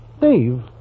Dave